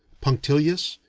punctilious,